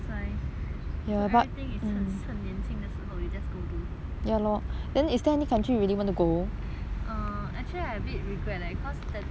年轻的时候 you just go do actually I a bit regret leh cause that time when we